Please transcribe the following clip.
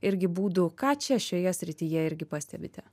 irgi būdų ką čia šioje srityje irgi pastebite